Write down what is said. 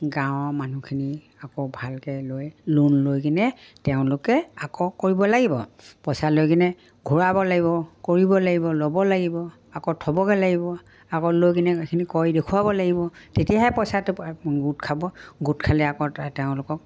গাঁৱৰ মানুহখিনি আকৌ ভালকৈ লৈ লোন লৈ কিনে তেওঁলোকে আকৌ কৰিব লাগিব পইচা লৈ কিনে ঘূৰাব লাগিব কৰিব লাগিব ল'ব লাগিব আকৌ থ'বগৈ লাগিব আকৌ লৈ কিনে এইখিনি কৰি দেখুৱাব লাগিব তেতিয়াহে পইচাটো গোট খাব গোট খালে আকৌ তেওঁলোকক